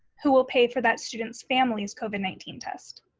who will pay for that student's family's covid nineteen test?